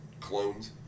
clones